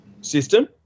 system